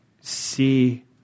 see